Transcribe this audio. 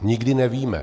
Nikdy nevíme.